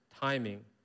timing